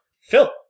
Phil